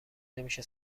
نمیشه